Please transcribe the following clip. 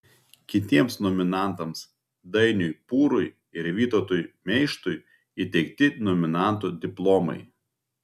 kitiems nominantams dainiui pūrui ir vytautui meištui įteikti nominantų diplomai